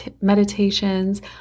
meditations